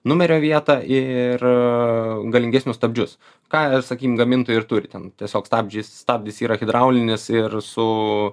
numerio vietą ir galingesnius stabdžius ką sakykim gamintojai ir turi ten tiesiog stabdžiais stabdis yra hidraulinis ir su